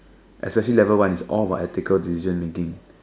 especially level one it's all about ethical decision making